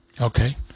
Okay